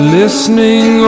listening